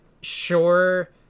sure